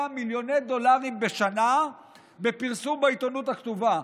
מיליוני דולרים בשנה בפרסום בעיתונות הכתובה?